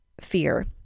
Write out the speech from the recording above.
fear